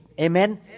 Amen